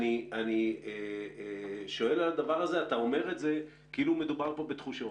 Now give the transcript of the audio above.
אתה אומר את זה כאילו מדובר כאן בתחושות.